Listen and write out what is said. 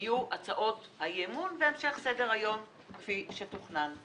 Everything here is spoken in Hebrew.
יהיו הצעות אי האמון והמשך סדר-היום כפי שתוכנן.